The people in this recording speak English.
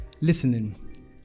listening